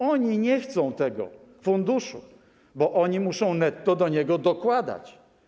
Oni nie chcą tego funduszu, bo oni muszą netto do niego dokładać.